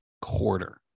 quarter